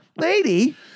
lady